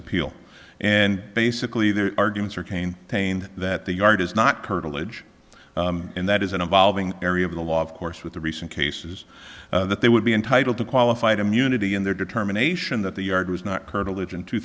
appeal and basically their arguments are cane pain that the yard is not curtilage and that is an evolving area of the law of course with the recent cases that they would be entitled to qualified immunity in their determination that the yard was not curtilage in two